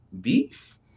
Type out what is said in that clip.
beef